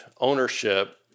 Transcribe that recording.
ownership